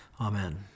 Amen